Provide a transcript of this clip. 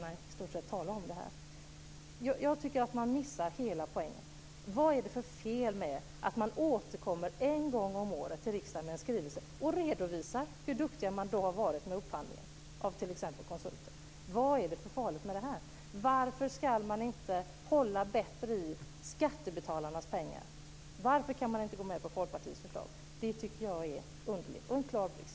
Jag tycker att man missar hela poängen. Vad är det för fel med att regeringen ska återkomma en gång per år med en skrivelse till riksdagen och redovisar hur duktig den har varit med upphandlingen av konsulter? Vad är det för farligt med det? Varför ska man inte hålla hårdare i skattebetalarnas pengar? Varför kan ni inte gå med på Folkpartiets förslag? Det tycker jag är underligt och en klar brist.